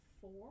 four